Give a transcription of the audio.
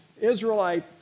Israelite